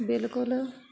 ਬਿਲਕੁਲ